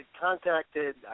contacted